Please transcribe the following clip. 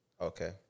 Okay